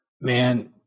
man